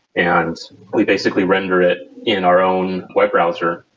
and we basically render it in our own web browser.